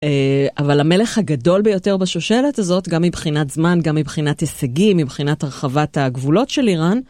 אבל המלך הגדול ביותר בשושלת הזאת, גם מבחינת זמן, גם מבחינת הישגים, מבחינת הרחבת הגבולות של איראן.